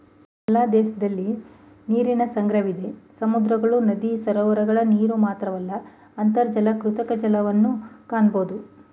ಎಲ್ಲ ದೇಶದಲಿ ನೀರಿನ ಸಂಗ್ರಹವಿದೆ ಸಮುದ್ರಗಳು ನದಿ ಸರೋವರಗಳ ನೀರುಮಾತ್ರವಲ್ಲ ಅಂತರ್ಜಲ ಕೃತಕ ಜಲಾಶಯನೂ ಕಾಣಬೋದು